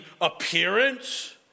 appearance